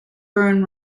burn